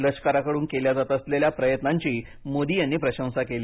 लष्काराकडून केल्या जात असलेल्या प्रयत्नांची मोदी यांनी प्रशंसा केली